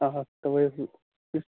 آ آ تَوے حظ چھُ